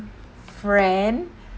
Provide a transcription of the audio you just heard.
friend